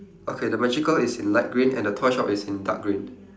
okay the magical is in light green and the toy shop is in dark green